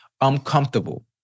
uncomfortable